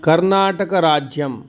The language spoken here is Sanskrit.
कर्नाटकराज्यम्